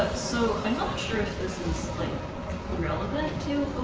so and sure if this is relevant to